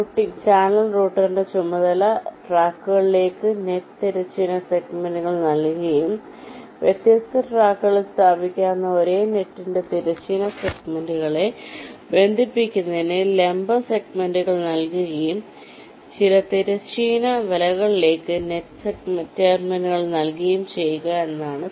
അതിനാൽ ചാനൽ റൂട്ടറിന്റെ ചുമതല ട്രാക്കുകളിലേക്ക് നെറ്റ് തിരശ്ചീന സെഗ്മെന്റുകൾ നൽകുകയും വ്യത്യസ്ത ട്രാക്കുകളിൽ സ്ഥാപിക്കാവുന്ന ഒരേ നെറ്റിന്റെ തിരശ്ചീന സെഗ്മെന്റുകളെ ബന്ധിപ്പിക്കുന്നതിന് ലംബ സെഗ്മെന്റുകൾ നൽകുകയും ചില തിരശ്ചീന വലകളിലേക്ക് നെറ്റ് ടെർമിനലുകൾ നൽകുകയും ചെയ്യുക എന്നതാണ്